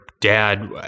dad